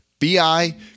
BI